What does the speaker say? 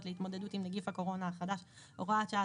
להתמודדות עם נגיף הקורונה החדש (הוראת שעה),